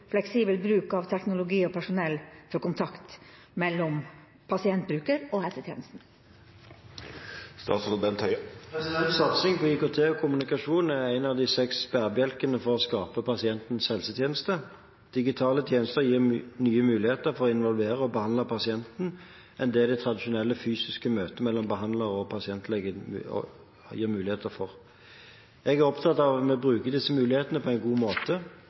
fleksibel bruk av teknologi og personell for kontakt mellom pasient/bruker og helsetjenesten?» Satsing på IKT og kommunikasjon er en av de seks bærebjelkene for å skape pasientens helsetjeneste. Digitale tjenester gir nye muligheter for å involvere og behandle pasienten sammenlignet med det de tradisjonelle fysiske møter mellom behandler og pasient gir muligheter for. Jeg er opptatt av at vi bruker disse mulighetene på en god måte,